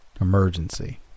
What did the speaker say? emergency